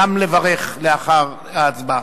גם לברך לאחר ההצבעה.